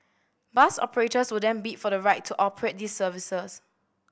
bus operators will then bid for the right to operate these services